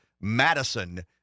Madison